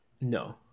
no